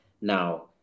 Now